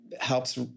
helps